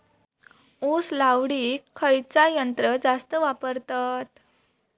ऊस लावडीक खयचा यंत्र जास्त वापरतत?